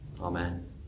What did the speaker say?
Amen